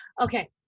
okay